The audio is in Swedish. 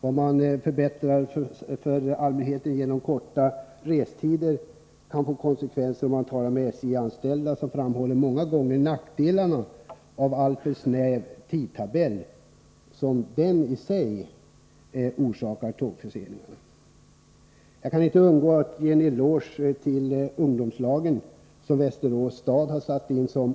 Om man förbättrar för allmänheten genom kortare restider, kan det få konsekvenser för SJ:s personal. Om man talar med SJ-anställda framhåller de många gånger nackdelarna med en alltför snäv tidtabell, som i sig orsakar tågförseningar. Jag kan inte underlåta att här ge en eloge till de ungdomslag som Västerås stad har satt in på tågen.